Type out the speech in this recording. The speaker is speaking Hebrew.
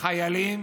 חיילים